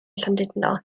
llandudno